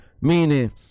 Meaning